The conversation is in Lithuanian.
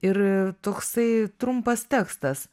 ir toksai trumpas tekstas